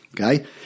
Okay